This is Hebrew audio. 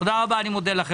תודה רבה, אני מודה לכם.